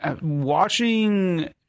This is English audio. watching